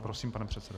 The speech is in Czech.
Prosím, pane předsedo.